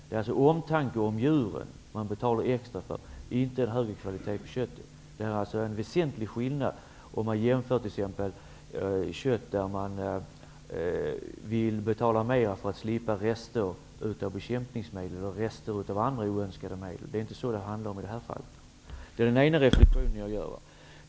Det är alltså omtanke om djuren man betalar extra för, inte för högre kvalitet på köttet. Det är en väsentlig skillnad mot om man vill betala mer för att slippa rester av bekämpningsmedel och andra oönskade medel. Det är den ena reflexionen jag gör.